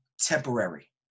temporary